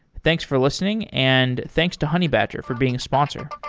thanks for listening and thanks to honeybadger for being a sponsor.